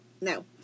no